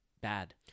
Bad